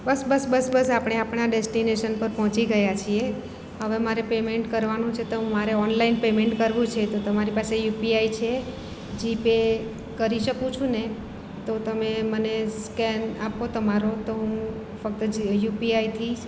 બસ બસ બસ બસ આપણે આપણા ડેસ્ટિનેશન પર પહોંચી ગયા છીએ હવે મારે પેમેન્ટ કરવાનું છે તો હું મારે ઓનલાઈન પેમેન્ટ કરવું છે તો તમારી પાસે યુપીઆઈ છે જિપે કરી શકું છું ને તો તમે મને સ્કેન આપો તમારો તો હું ફક્ત જ યુપીઆઈથી જ